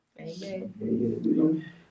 Amen